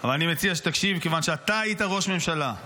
אבל אני מציע שתקשיב, כיוון שהיית ראש ממשלה,